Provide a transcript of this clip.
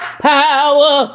power